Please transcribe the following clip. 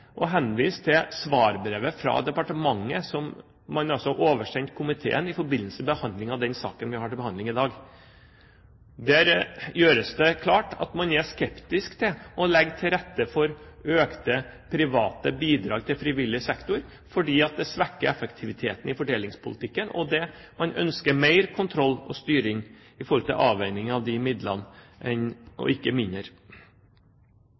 henvise til svarbrevet fra departementet som man oversendte komiteen i forbindelse med behandlingen av den saken vi har til behandling i dag. Der gjøres det klart at man er skeptisk til å legge til rette for økte private bidrag til frivillig sektor, fordi det svekker effektiviteten i fordelingspolitikken, og fordi man ønsker mer kontroll og styring med hensyn til avveiningen av hva disse midlene